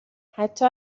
حتی